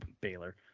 Baylor